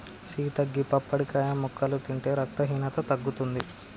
సీత గీ పప్పడికాయ ముక్కలు తింటే రక్తహీనత తగ్గుతుంది